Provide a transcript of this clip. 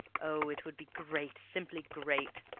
oh, it would be great, simply great!